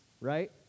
right